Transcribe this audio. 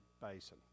basin